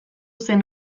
zen